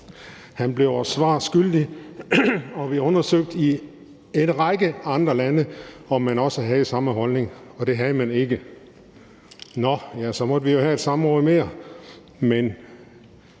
Han blev os svar skyldig. Vi undersøgte i en række andre lande, om man også havde samme holdning – og det havde man ikke. Nå, så måtte vi jo have et samråd mere,